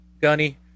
Gunny